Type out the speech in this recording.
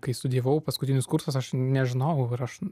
kai studijavau paskutinis kursas aš nežinojau ar aš